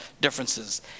differences